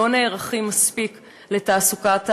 לא נערכים מספיק לתעסוקת המחר.